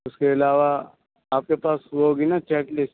اس کے علاوہ آپ کے پاس وہ ہوگی نہ چیک لسٹ